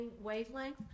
wavelength